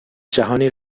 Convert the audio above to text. جهانی